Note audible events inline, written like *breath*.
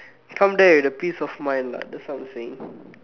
come there with a piece of mind lah that's what I'm saying *breath*